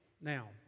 Now